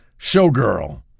Showgirl